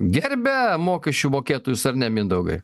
gerbia mokesčių mokėtojus ar ne mindaugai